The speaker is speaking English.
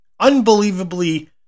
Unbelievably